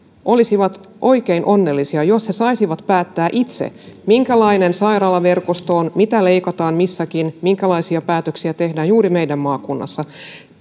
olisivat oikein onnellisia jos he saisivat päättää itse minkälainen sairaalaverkosto on mitä leikataan missäkin minkälaisia päätöksiä tehdään juuri meidän maakunnassamme